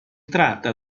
tratta